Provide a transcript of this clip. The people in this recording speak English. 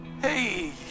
Hey